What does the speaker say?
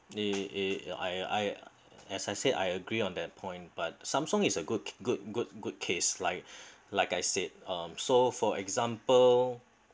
eh eh I I as I said I agree on that point but Samsung is a good good good good case like like I said um so for example